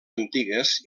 antigues